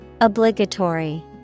Obligatory